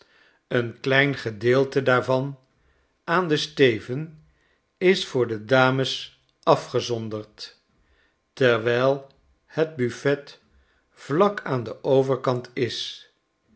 een klein gedeelte daarvan aan den steven is voor de dames afgezonderd terwijl het buffet vlak aan den overkant is